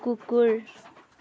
कुकुर